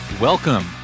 Welcome